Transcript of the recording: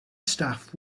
staff